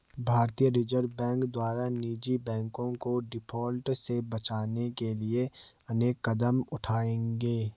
भारतीय reserve bank द्वारा निजी बैंकों को डिफॉल्ट से बचाने के लिए अनेक कदम उठाए गए